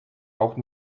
auch